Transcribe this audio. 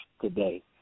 today